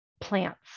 plants